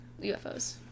UFOs